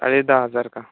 साडे दहा हजार का